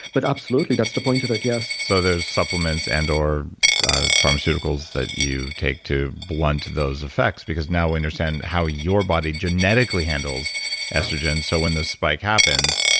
but absolutely, that's the point of it, yes so, there's supplements and or pharmaceuticals that you take to blunt those effects because now we understand how your body genetically handles estrogen, so when this spike happens,